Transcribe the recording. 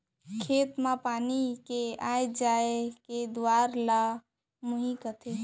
खेत म पानी आय जाय के दुवार ल मुंही कथें